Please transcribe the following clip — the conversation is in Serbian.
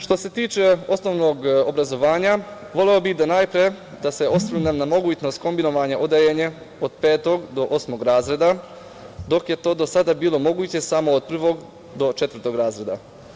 Što se tiče osnovnog obrazovanja, voleo bih najpre da se osvrnem na mogućnost kombinovanja odeljenja od petog do osmog razreda, dok je to do sada bilo moguće samo od prvog do četvrtog razreda.